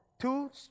Two